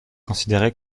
considérée